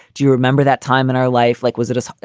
do you remember that time in our life? like, was it a